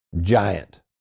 giant